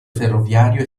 ferroviario